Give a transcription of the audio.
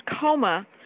coma